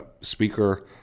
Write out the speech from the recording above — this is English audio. Speaker